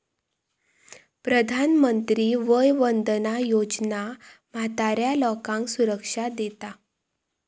प्रधानमंत्री वय वंदना योजना म्हाताऱ्या लोकांका सुरक्षा देता